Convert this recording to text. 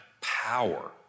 power